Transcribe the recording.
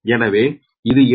எனவே இது 8